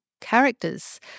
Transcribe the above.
characters